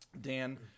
dan